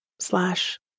Slash